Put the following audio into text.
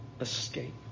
escape